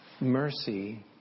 mercy